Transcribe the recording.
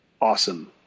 awesome